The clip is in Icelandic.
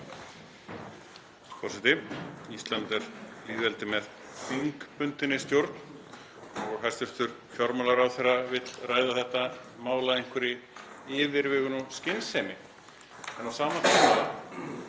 Ísland er lýðveldi með þingbundinni stjórn. Hæstv. fjármálaráðherra vill ræða þetta mál af einhverri yfirvegun og skynsemi